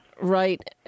Right